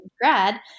grad